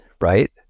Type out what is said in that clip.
right